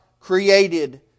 created